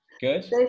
good